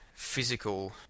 Physical